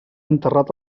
enterrat